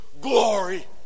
glory